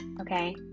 Okay